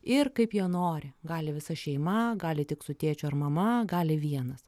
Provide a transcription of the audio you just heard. ir kaip jie nori gali visa šeima gali tik su tėčiu ar mama gali vienas